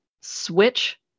switch